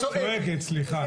צועקת, סליחה.